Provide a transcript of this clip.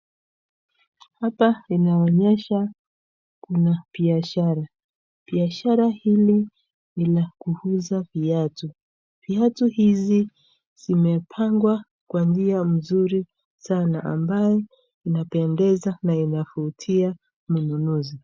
Hapa inaonyesha kuna biashara ,biashara hili ni la kuuza viatu, viatu hizi zimepagwa kwa njia mzuri sana, ambae inapendeza na inavutia mnunuzi.